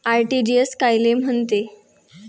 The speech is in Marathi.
आर.टी.जी.एस कायले म्हनते?